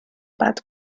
bad